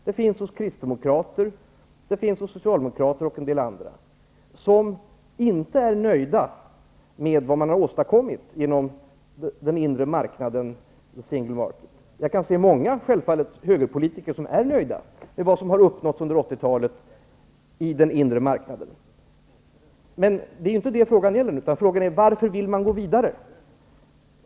Den finns hos kristdemokrater, hos socialdemokrater och hos en del andra, som inte är nöjda med vad som har åstadkommits genom den inre marknaden, the single market. Jag kan självfallet se många högerpolitiker som är nöjda med vad som har uppnåtts under 80-talet i den inre marknaden. Men det är inte detta som frågan nu gäller, utan frågan gäller varför man vill gå vidare.